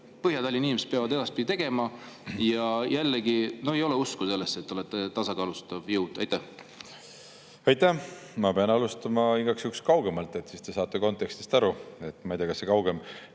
Põhja-Tallinna inimesed peavad edaspidi tegema? Ja jällegi, no ei ole usku sellesse, et te olete tasakaalustav jõud. Aitäh! Ma pean alustama igaks juhuks kaugemalt, siis te saate kontekstist aru. Ma ei tea, kas see kaugem